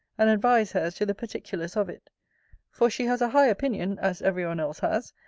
and advise her as to the particulars of it for she has a high opinion, as every one else has,